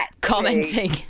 commenting